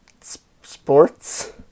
sports